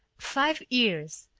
five years,